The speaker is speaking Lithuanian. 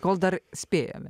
kol dar spėjame